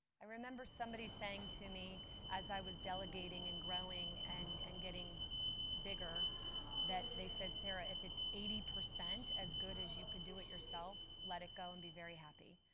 remember somebody saying to me as i was delegating and growing and and getting bigger that they said, sarah, if it's eighty percent as good as you could do it yourself, let it go and be very happy.